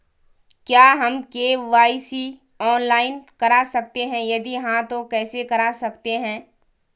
क्या हम KYC online करा सकते हैं यदि हाँ तो कैसे करा सकते हैं?